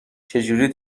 چجوری